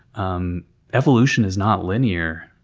um evolution is not linear.